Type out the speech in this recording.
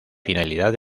finalidad